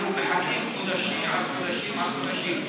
אנחנו מחכים חודשים על חודשים על חודשים.